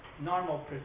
normal